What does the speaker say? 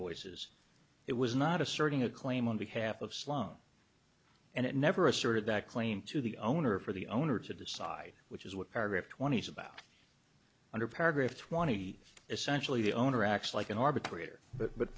voices it was not asserting a claim on behalf of slum and it never asserted that claim to the owner for the owner to decide which is what paragraph twenty's about under paragraph twenty essentially the owner acts like an arbitrator but but